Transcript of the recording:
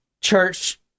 church